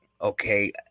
Okay